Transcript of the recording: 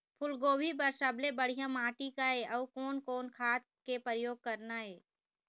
फूलगोभी बर सबले बढ़िया माटी का ये? अउ कोन कोन खाद के प्रयोग करना ये?